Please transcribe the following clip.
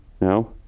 No